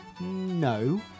No